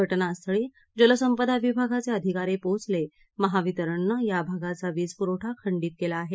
घटनास्थळी जलसंपदा विभागाचे अधिकारी पोचले महावितरणनं या भागाचा वीज पुरवठा खंडीत केला आहे